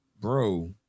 Bro